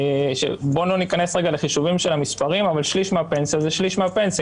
בואו לא ניכנס לחישובים של המספרים אבל שליש מהפנסיה זה שליש מהפנסיה,